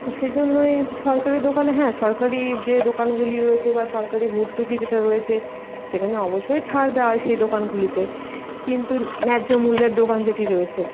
তো সেজন্যই সরকারি দোকানে হ্যাঁ সরকারি যে দোকানগুলি রয়েছে বা সরকারি ভর্তুকি যেটা রয়েছে সেখানে অবশ্যই ছাড় দেওয়া হয় সেই দোকানগুলিতে কিন্তু ন্যায্য মূল্যের দোকান যেটি রয়েছে